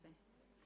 יפה.